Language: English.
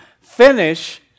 finish